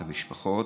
את המשפחות,